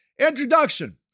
Introduction